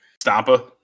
Stampa